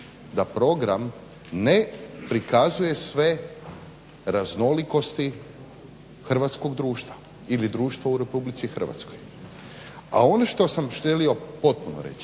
da program ne prikazuje sve raznolikosti hrvatskog društva ili društva u Republici Hrvatskoj. A ono što sam želio potpuno reći